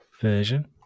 version